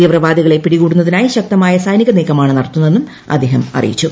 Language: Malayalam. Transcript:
തീവ്രവാദികളെ പിടികൂടുന്നതിനായി ശക്തമായ സൈനിക നീക്കമാണ് നടത്തുന്നതെന്നും അദ്ദേഹം അറിയിച്ചു